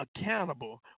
accountable